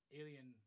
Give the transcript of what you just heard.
alien